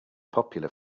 popular